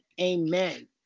amen